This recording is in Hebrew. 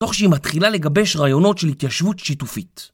תוך שהיא מתחילה לגבש רעיונות של התיישבות שיתופית.